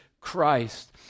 Christ